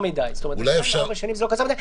אולי מישהו בעצמו לא רוצה.